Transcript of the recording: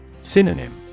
Synonym